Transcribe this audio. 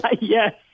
Yes